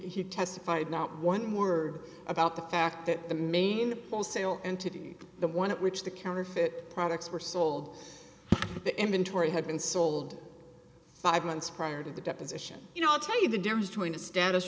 he testified not one word about the fact that the main the paul sale entity the one at which the counterfeit products were sold the inventory had been sold five months prior to the deposition you know i'll tell you the difference between a status